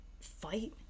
fight